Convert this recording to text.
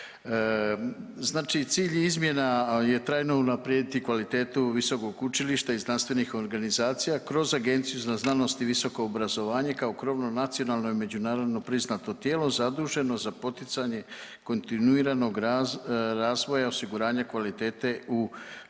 Znači cilj je izmjena je trajno unaprijediti kvalitetu visokog učilišta i znanstvenih organizacija kroz Agenciju za znanost i visoko obrazovanje kao krovno nacionalno i međunarodno priznato tijelo zaduženo za poticanje kontinuiranog razvoja osiguranja kvalitete u visokom